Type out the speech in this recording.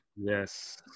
yes